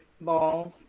balls